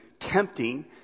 tempting